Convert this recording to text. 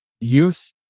youth